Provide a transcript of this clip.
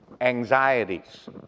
anxieties